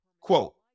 Quote